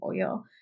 oil